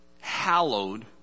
Hallowed